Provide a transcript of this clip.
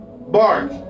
Bark